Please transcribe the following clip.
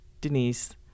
Denise